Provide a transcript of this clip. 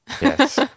yes